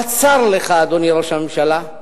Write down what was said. בצר לך, אדוני ראש הממשלה,